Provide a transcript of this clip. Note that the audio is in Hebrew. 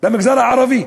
במגזר הערבי,